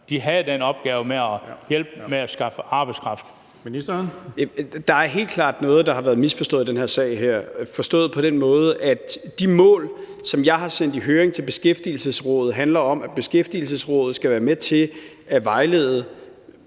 Beskæftigelsesministeren (Peter Hummelgaard): Der er helt klart noget, der har været misforstået i den her sag, forstået på den måde, at de mål, som jeg har sendt i høring i Beskæftigelsesrådet, handler om, at Beskæftigelsesrådet skal være med til at vejlede